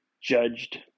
judged